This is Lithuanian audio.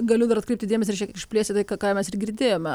galiu dar atkreipti dėmesį ir šiek išplėsti tai ką ką mes ir girdėjome